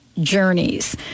Journeys